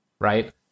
right